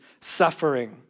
suffering